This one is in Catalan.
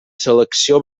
selecció